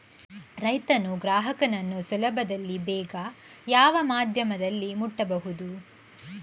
ರೈತನು ಗ್ರಾಹಕನನ್ನು ಸುಲಭದಲ್ಲಿ ಬೇಗ ಯಾವ ಮಾಧ್ಯಮದಲ್ಲಿ ಮುಟ್ಟಬಹುದು?